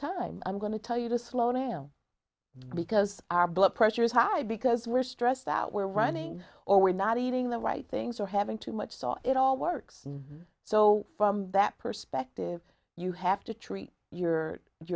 time i'm going to tell you to slow down because our blood pressure is high because we're stressed out we're running or we're not eating the right things or having too much thought it all works so from that perspective you have to treat your your